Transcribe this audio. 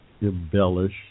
embellish